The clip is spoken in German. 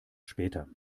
später